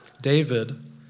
David